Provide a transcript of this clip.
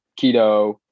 keto